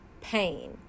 pain